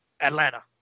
Atlanta